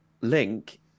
link